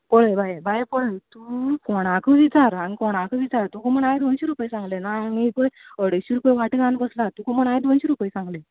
पळय बाय बाय पळय तूं कोणाकूय विचार आनी कोणाकूय विचार तुका म्हण हांयेन दोनशे रुपय सांगलें नाल्यार एक वेळ अडेचशें रुपया वांटो घालून बसलां तुका म्हण हांयेन दोनशे रुपया सांगले